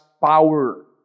power